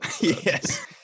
yes